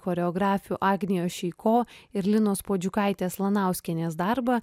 choreografių agnijos šeiko ir linos puodžiukaitės lanauskienės darbą